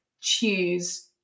choose